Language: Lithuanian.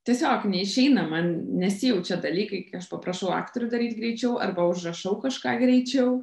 tiesiog neišeina man nesijaučia dalykai kai aš paprašau aktorių daryti greičiau arba užrašau kažką greičiau